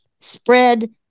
spread